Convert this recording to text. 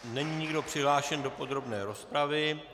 Není nikdo přihlášen do podrobné rozpravy.